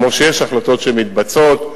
כמו שיש החלטות שמתבצעות,